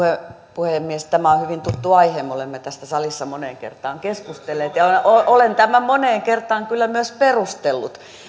puhemies tämä on hyvin tuttu aihe me olemme tästä salissa moneen kertaan keskustelleet olen tämän moneen kertaan kyllä myös perustellut